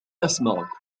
أسمعك